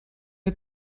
you